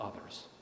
others